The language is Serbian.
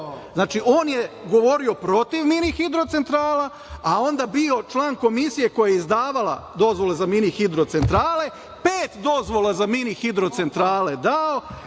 on je govorio protiv mini hidrocentrala, a onda bio član Komisije koja je izdavala dozvole za mini hidrocentrale, pet dozvola za mini hidrocentrale dao